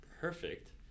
perfect